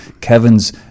Kevin's